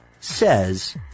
says